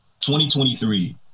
2023